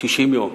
90 יום,